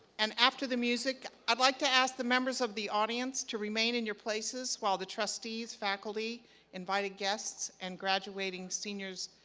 and after the music i'd like to ask the members of the audience to remain in your places while the trustees, faculty invited guests and graduating seniors,